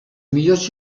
millors